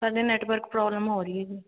ਸਾਡੇ network problem ਹੋ ਰਹੀ ਹੈ ਜੀ